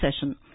session